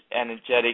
energetic